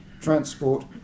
transport